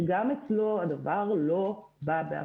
שגם אצלו הדבר לא בא בהפתעה.